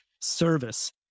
service